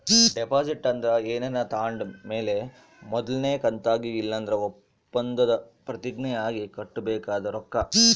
deposit ಅಂದ್ರ ಏನಾನ ತಾಂಡ್ ಮೇಲೆ ಮೊದಲ್ನೇ ಕಂತಾಗಿ ಇಲ್ಲಂದ್ರ ಒಪ್ಪಂದುದ್ ಪ್ರತಿಜ್ಞೆ ಆಗಿ ಕಟ್ಟಬೇಕಾದ ರೊಕ್ಕ